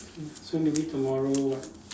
ya so maybe tomorrow what